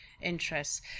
interests